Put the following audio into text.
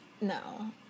No